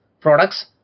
products